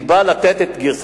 משמשת.